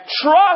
Trust